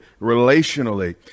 relationally